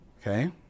okay